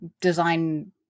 design